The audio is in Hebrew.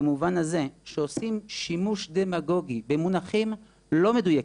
במובן הזה שעושים שימוש דמגוגי במונחים לא מדויקים,